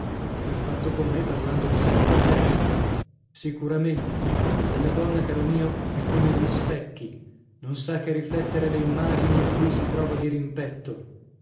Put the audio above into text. come ha fatto con me parlandomi sempre di versi sicuramente quella donna caro mio è come gli specchi non sa che riflettere le immagini a cui si trova di